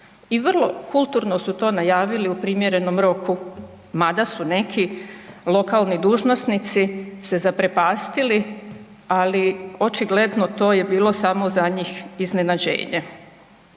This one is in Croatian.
i vrlo kulturno su to najavili u primjerenom roku, mada su neki lokalni dužnosnici se zaprepastili, ali očigledno to je bilo samo za njih iznenađenje.